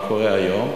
מה קורה היום?